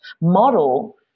model